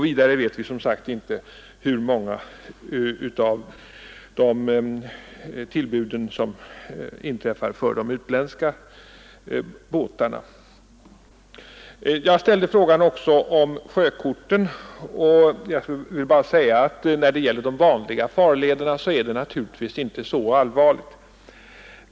Vidare vet vi som sagt inte hur många tillbud som inträffar för de utländska båtarna. Jag ställde också frågan om sjökorten. Jag vill först säga att när det gäller de vanliga farlederna är läget naturligtvis inte så allvarligt.